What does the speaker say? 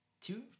two